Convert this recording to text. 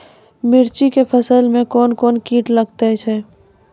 मिर्ची के फसल मे कौन कौन कीट लगते हैं?